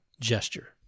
gesture